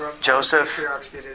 Joseph